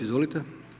Izvolite.